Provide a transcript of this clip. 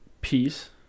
peace